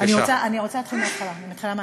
אני רוצה להתחיל מההתחלה, אני מתחילה מההתחלה.